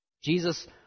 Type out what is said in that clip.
Jesus